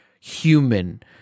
human